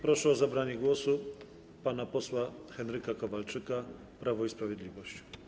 Proszę o zabranie głosu pana posła Henryka Kowalczyka, Prawo i Sprawiedliwość.